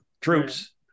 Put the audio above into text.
troops